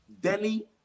Delhi